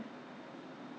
so I had to buy new one